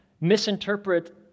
misinterpret